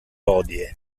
hodie